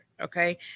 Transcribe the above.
okay